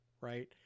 right